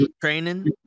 training